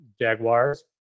Jaguars